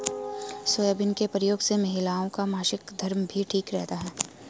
soybean के प्रयोग से महिलाओं का मासिक धर्म भी ठीक रहता है